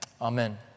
amen